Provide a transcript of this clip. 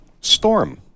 Storm